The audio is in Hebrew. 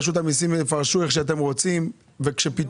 רשות המיסים יפרשו איך שאתם רוצים וכשפתאום